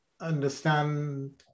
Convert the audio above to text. understand